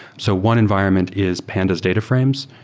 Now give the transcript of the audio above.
so one environment is pandas data frames.